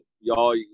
Y'all